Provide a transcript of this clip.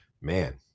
man